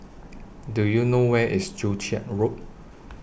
Do YOU know Where IS Joo Chiat Road